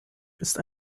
ist